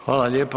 Hvala lijepo.